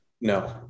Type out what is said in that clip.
No